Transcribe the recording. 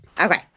Okay